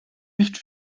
nicht